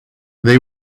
they